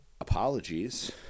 apologies